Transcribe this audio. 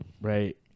Right